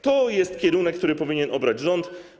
To jest kierunek, który powinien obrać rząd.